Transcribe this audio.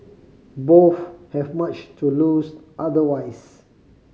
both have much to lose otherwise